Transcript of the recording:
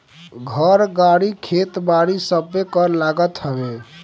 घर, गाड़ी, खेत बारी सबपे कर लागत हवे